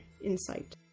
insight